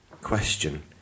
Question